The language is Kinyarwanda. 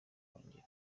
akongera